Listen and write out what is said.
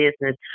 business